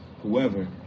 whoever